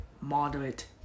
moderate